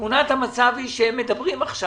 תמונת המצב היא שהם מדברים עכשיו.